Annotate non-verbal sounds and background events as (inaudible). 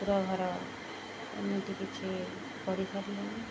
ଠାକୁର ଘର ଏମିତି କିଛି ପଢ଼ି (unintelligible)